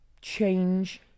change